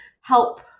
help